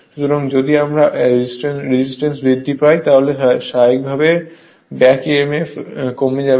সুতরাং যদি আসলে রেজিস্ট্যান্স বৃদ্ধি পায় স্বাভাবিকভাবেই ব্যাক Emf কমে যাবে